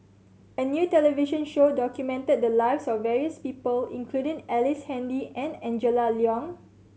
a new television show documented the lives of various people including Ellice Handy and Angela Liong